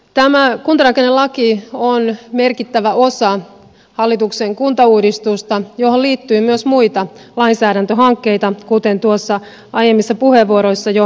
tämä kuntarakennelaki on merkittävä osa hallituksen kuntauudistusta johon liittyy myös muita lainsäädäntöhankkeita kuten aiemmissa puheenvuoroissa jo tuli esiin